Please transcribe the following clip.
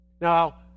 Now